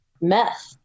meth